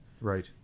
Right